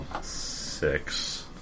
Six